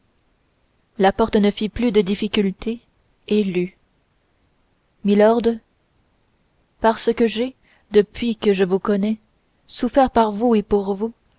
la porte ne fit plus de difficulté et lut milord par ce que j'ai depuis que je vous connais souffert par vous et pour vous